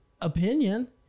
opinion